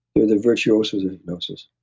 they're the virtuosos of hypnosis.